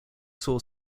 saw